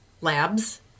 labs